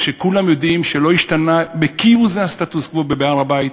כשכולם יודעים שלא השתנה כהוא-זה הסטטוס-קוו בהר-הבית,